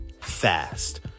fast